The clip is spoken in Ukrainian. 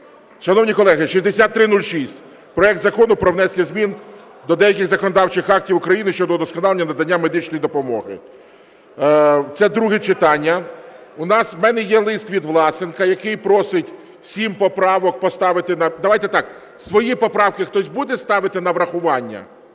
Шановні колеги, 6306, проект Закону про внесення змін до деяких законодавчих актів України щодо удосконалення надання медичної допомоги. Це друге читання. У мене є лист від Власенка, який просить сім поправок поставити на… Давайте так, свої поправки хтось буде ставити на врахування?